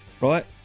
right